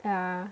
yeah